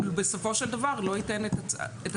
הוא בסופו של דבר לא ייתן את הצו.